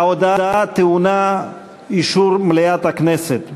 ההודעה טעונה אישור מליאת הכנסת.